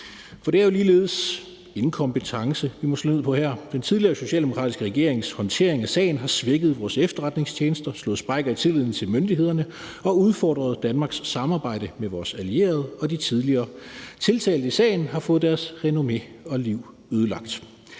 For det er jo ligeledes inkompetence, vi må slå ned på her. Den tidligere socialdemokratiske regerings håndtering af sagen har svækket vores efterretningstjenester, slået sprækker i tilliden til myndighederne og udfordret Danmarks samarbejde med vores allierede, og de tidligere tiltalte i sagen har fået deres renommé og liv ødelagt: